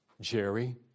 Jerry